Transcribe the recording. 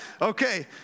okay